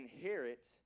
inherit